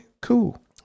cool